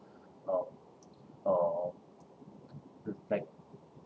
uh uh l~ like